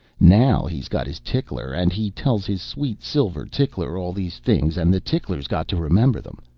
now he's got his tickler and he tells his sweet silver tickler all these things and the tickler's got to remember them.